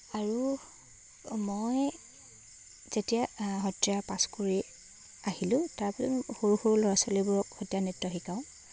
আৰু মই যেতিয়া সত্ৰীয়া পাছ কৰি আহিলোঁ তাৰপিছত সৰু সৰু ল'ৰা ছোৱালীবোৰক সত্ৰীয়া নৃত্য শিকাওঁ